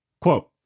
Quote